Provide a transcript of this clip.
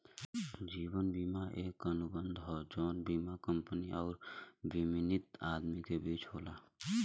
जीवन बीमा एक अनुबंध हौ जौन बीमा कंपनी आउर बीमित आदमी के बीच होला